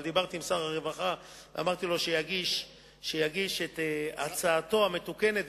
אבל דיברתי עם שר הרווחה ואמרתי לו שיגיש את הצעתו המתוקנת,